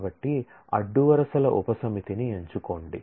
కాబట్టి అడ్డు వరుసల ఉపసమితిని ఎంచుకోండి